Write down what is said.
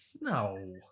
no